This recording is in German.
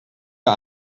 der